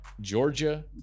Georgia